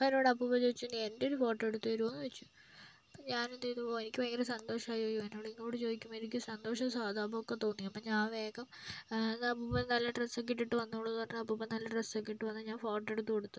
അപ്പം എന്നോടപ്പൂപ്പൻ ചോദിച്ചു നീയെൻ്റെ ഒരു ഫോട്ടോ എടുത്തു തരുവോന്ന് ചോദിച്ചു അപ്പം ഞാനെന്ത് ചെയ്തു ഓ എനിക്ക് ഭയങ്കര സന്തോഷമായി അയ്യോ എന്നോടിങ്ങോട്ട് ചോദിക്കുമ്പോൾ എനിക്ക് സന്തോഷവും സഹതാപവുമൊക്കെ തോന്നി അപ്പം ഞാൻ വേഗം എന്നാൽ അപ്പൂപ്പാ നല്ല ഡ്രസ്സക്കെ ഇട്ടിട്ട് വന്നോളു എന്ന് പറഞ്ഞു അപ്പൂപ്പൻ നല്ല ഡ്രസ്സക്കെ ഇട്ട് വന്നു ഞാൻ ഫോട്ടോ എടുത്തു കൊടുത്തു